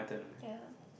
ya